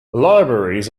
libraries